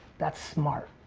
that's smart.